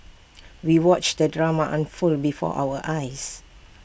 we watched the drama unfold before our eyes